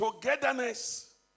togetherness